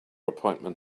appointment